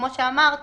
כמו שאמרת,